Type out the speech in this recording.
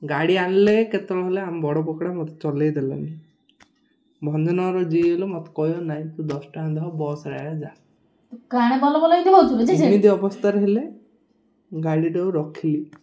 ଗାଡ଼ି ଆଣିଲେ କେତେବେଳେ ହେଲେ ଆମ ବଡ଼ ମୋତେ ଚଲାଇ ଦେଲଣିି ଭଞ୍ଜନଗର ଯିବି ବଲେ ମୋତେ କହ ନାହିଁ ତୁ ଦଶଟା ବସ୍ରେ ଏକା ଯା ସେମିତି ଅବସ୍ଥାରେ ହେଲେ ଗାଡ଼ିଟାକୁ ରଖିଲି